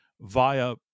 via